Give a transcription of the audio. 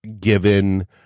given